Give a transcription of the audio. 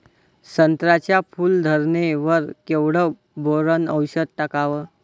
संत्र्याच्या फूल धरणे वर केवढं बोरोंन औषध टाकावं?